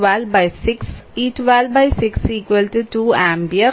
ഈ 126 2 ആമ്പിയർ